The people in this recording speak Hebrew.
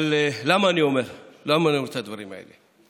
אבל למה אני אומר את הדברים האלה?